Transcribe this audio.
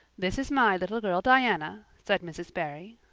this is my little girl diana, said mrs. barry.